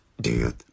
dude